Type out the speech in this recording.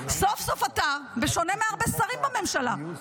סוף-סוף אתה, בשונה מהרבה שרים בממשלה, לצידך,